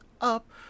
up